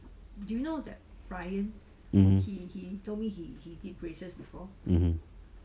mmhmm mmhmm